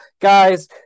guys